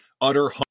utter